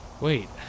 wait